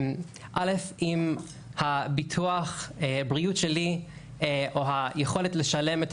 אם ביטוח הבריאות שלי או היכולת לשלם את